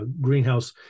greenhouse